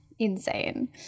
insane